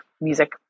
music